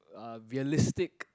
uh realistic